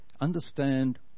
Understand